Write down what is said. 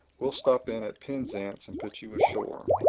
we'll stop in at penzance and put you ashore.